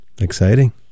Exciting